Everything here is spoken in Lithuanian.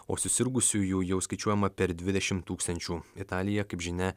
o susirgusiųjų jau skaičiuojama per dvidešimt tūkstančių italija kaip žinia